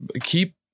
keep